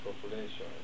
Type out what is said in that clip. population